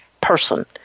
person